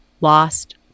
lost